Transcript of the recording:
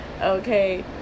Okay